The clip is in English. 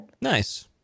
Nice